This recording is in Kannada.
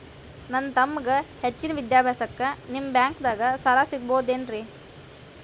ನನ್ನ ತಮ್ಮಗ ಹೆಚ್ಚಿನ ವಿದ್ಯಾಭ್ಯಾಸಕ್ಕ ನಿಮ್ಮ ಬ್ಯಾಂಕ್ ದಾಗ ಸಾಲ ಸಿಗಬಹುದೇನ್ರಿ?